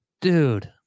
Dude